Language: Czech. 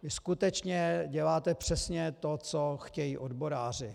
Vy skutečně děláte přesně to, co chtějí odboráři.